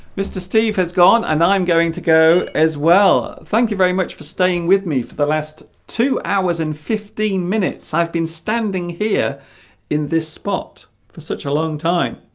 mr. steve has gone and i'm going to go as well thank you very much for staying with me for the last two hours and fifteen minutes i've been standing here in this spot for such a long time